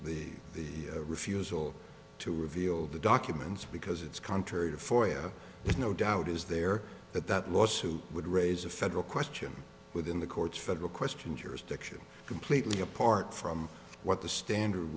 the the refusal to reveal the documents because it's contrary to for you there's no doubt is there that that lawsuit would raise a federal question within the court's federal question jurisdiction completely apart from what the standard